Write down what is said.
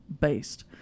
based